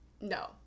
no